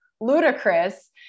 ludicrous